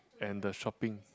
and the shopping